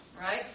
right